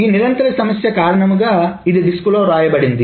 ఈ నిరంతర సమస్య కారణంగా ఇది డిస్క్లో వ్రాయబడింది